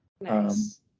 nice